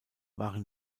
waren